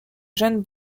jeunes